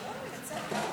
לא, יצא טוב.